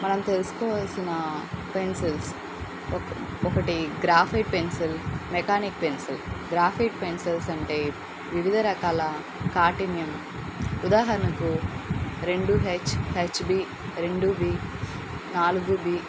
మనం తెలుసుకోవాల్సిన పెన్సిల్స్ ఒకటి graphite pencil mechanic pencil graphite pencils అంటే వివిధ రకాల కఠిన్యం ఉదాహరణకు రెండు హెచ్ హెచ్బి బి రెండు బి నాలుగు బి